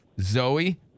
Zoe